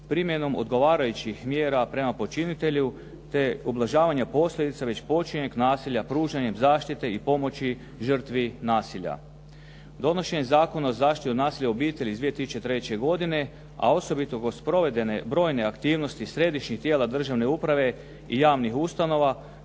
primjenom odgovarajući mjera prema počinitelju te ublažavanja posljedica već počinjenog nasilja, pružanjem zaštite i pomoći žrtvi nasilja. Donošenjem Zakona o zaštiti od nasilja u obitelji iz 2003. godine, a osobito kroz provedene brojne aktivnosti tijela središnje državne uprave i javnih ustanove,